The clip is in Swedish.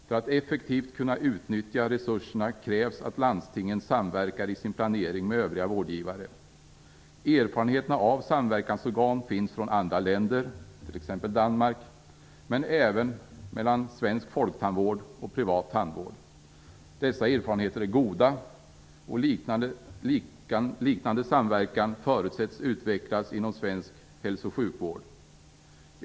För att effektivt kunna utnyttja resurserna krävs att landstingen i sin planering samverkar med övriga vårdgivare. Erfarenheter från samverkansorgan finns från andra länder, t.ex. Danmark, men även från svensk folktandvård och privat tandvård. Dessa erfarenheter är goda. Liknande samverkan förutsätts utvecklas inom svensk hälso och sjukvård.